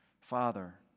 Father